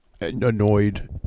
annoyed